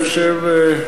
אני חושב,